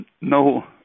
No